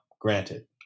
granted